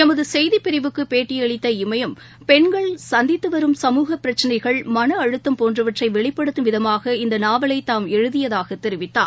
எமது செய்திப்பிரிவுக்கு பேட்டியளித்த இமையம் பெண்கள் சந்தித்து வரும் சமூக பிரச்சினைகள் மன அழுத்தம் போன்றவற்றை வெளிப்படுத்தும் விதமாக இந்த நாவலை தாம் எழுதியதாக தெரிவித்தார்